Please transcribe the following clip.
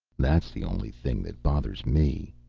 that's the only thing that bothers me.